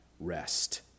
rest